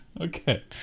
Okay